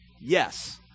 Yes